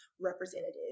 representative